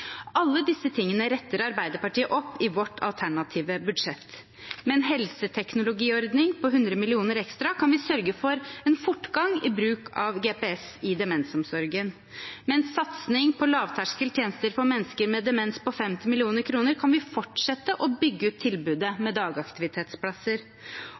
Alle disse tingene retter Arbeiderpartiet opp i vårt alternative budsjett. Med en helseteknologiordning på 100 mill. kr ekstra kan vi sørge for en fortgang i bruk av GPS i demensomsorgen. Med en satsing på lavterskeltjenester for mennesker med demens på 50 mill. kr kan vi fortsette å bygge ut tilbudet